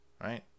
Right